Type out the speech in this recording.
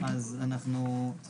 אלא בגלל הסיפור הזה שנקרא,